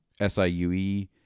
SIUE